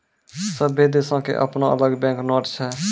सभ्भे देशो के अपनो अलग बैंक नोट छै